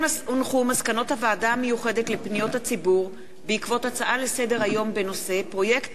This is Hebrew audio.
מסקנות הוועדה המיוחדת לפניות הציבור בנושא: פרויקט